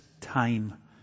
time